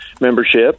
membership